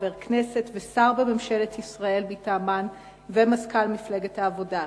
חבר הכנסת ושר בממשלת ישראל מטעמן ומזכ"ל מפלגת העבודה.